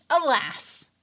Alas